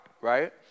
right